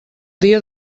dia